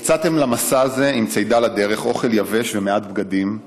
יצאתם למסע הזה עם צידה לדרך: אוכל יבש ומעט בגדים.